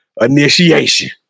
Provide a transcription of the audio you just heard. Initiation